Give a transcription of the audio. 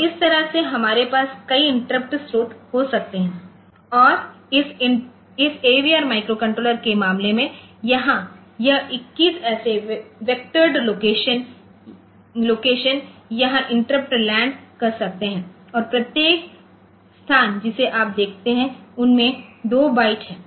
तो इस तरह से हमारे पास कई इंटरप्ट स्रोत हो सकते हैं और इस AVRमाइक्रोकंट्रोलर के मामले में यहाँ यह 21 ऐसे वेक्टोरेड लोकेशन जहाँ इंटरप्ट लैंड कर सकते हैं और प्रत्येक स्थान जिसे आप देखते हैं उसमें 2बाइट है